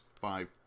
five